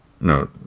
no